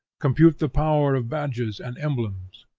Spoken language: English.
compute the power of badges and emblems.